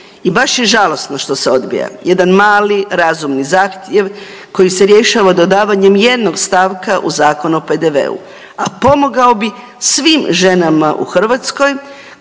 I baš je žalosno što se odbija jedan mali, razumni zahtjev koji se rješava dodavanjem jednog stavka u Zakon o PDV-u, a pomogao bi svim ženama u Hrvatskoj